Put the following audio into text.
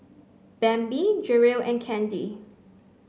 Bambi Jerrel and Candy